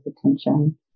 attention